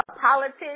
politics